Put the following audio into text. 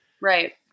Right